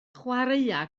chwaraea